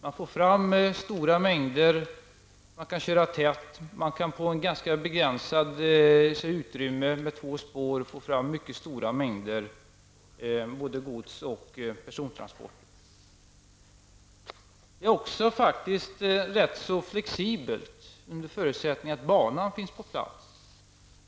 Man få fram stora mängder gods och man kan köra tågen tätt. Det går att på ett ganska begränsat utrymme med två spår få fram mycket stora mängder gods och persontransporter. Trafik på järnväg är också rätt så flexibel, under förutsättning att banan finns på plats.